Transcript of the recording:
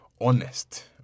honest